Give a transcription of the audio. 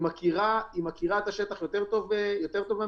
היא מכירה את השטח יותר טוב מהמשטרה,